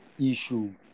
issue